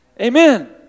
Amen